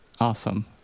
Awesome